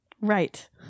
right